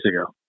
ago